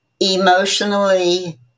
emotionally